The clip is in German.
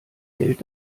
geld